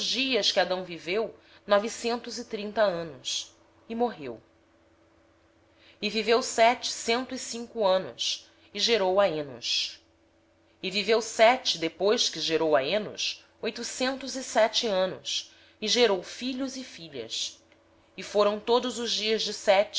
dias que adão viveu foram novecentos e trinta anos e morreu sete viveu cento e cinco anos e gerou a enos viveu sete depois que gerou a enos oitocentos e sete anos e gerou filhos e filhas todos os dias de